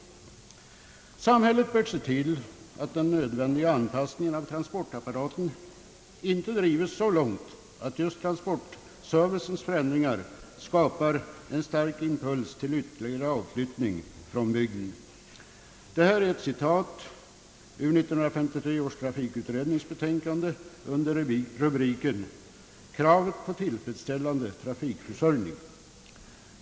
Samhället bör se till att den nödvändiga anpassningen av transportapparaten inte drives så långt, att just transportservicens förändringar skapar en stark impuls till ytterligare avflyttning från bygden.» Detta är ett citat ur 1953 års trafikutrednings betänkande under rubriken: »Kravet på tillfredsställande trafikförsörjning».